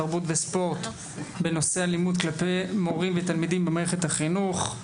התרבות והספורט בנושא: אלימת כלפי מורים ותלמידים במערכת החינוך.